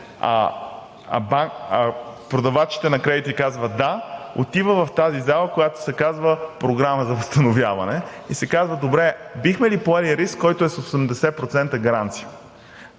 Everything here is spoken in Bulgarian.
а продавачите на кредити казват „да“, отива в тази зала, която се казва „Програма за възстановяване“, и се казва – добре, бихме ли поели риск, който е с 80% гаранция?